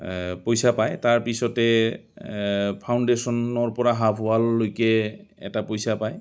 পইচা পায় তাৰ পিছতে ফাউণ্ডেশ্যনৰপৰা হাফ ৱালৰলৈকে এটা পইচা পায়